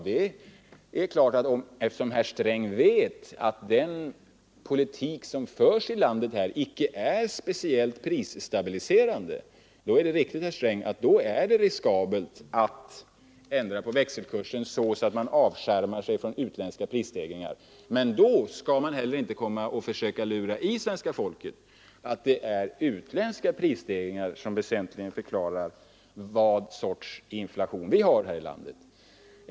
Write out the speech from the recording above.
Herr Sträng vet att den politik som förs i landet inte är speciellt prisstabiliserande, och under sådana förhållanden är det, herr Sträng, riskabelt att ändra på växelkurserna så att man avskärmar sig från utländska prisstegringar. Men man skall då inte heller försöka lura i svenska folket att det är utländska prisstegringar som väsentligen förklarar vilken sorts inflation vi har här i landet.